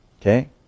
okay